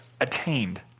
attained